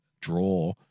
draw